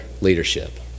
leadership